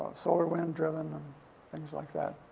solar-wind-driven and things like that.